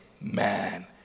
man